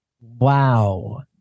Wow